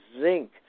zinc